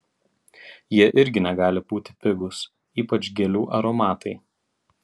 jie irgi negali būti pigūs ypač gėlių aromatai